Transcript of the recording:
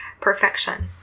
perfection